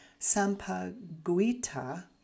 sampaguita